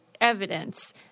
evidence